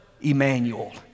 Emmanuel